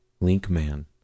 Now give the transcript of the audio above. Link-man